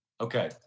Okay